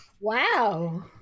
Wow